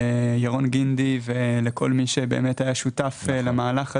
תודה גם לירון גינדי ולכל מי שבאמת היה שותף למהלך הזה.